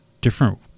different